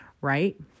right